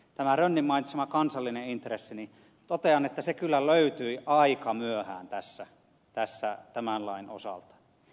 rönnin mainitsemasta kansallisesta intressistä totean että se löytyi kyllä aika myöhään tässä tämän lain osalta